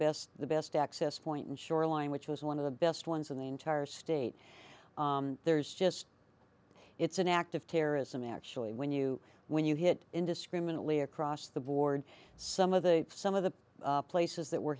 best the best access point in shoreline which was one of the best ones in the entire state there's just it's an act of terrorism actually when you when you hit indiscriminately across the board some of the some of the places that were